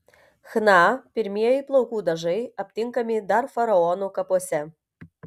chna pirmieji plaukų dažai aptinkami dar faraonų kapuose